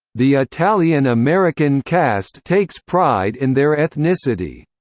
the italian american cast takes pride in their ethnicity.